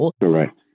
Correct